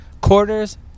quarters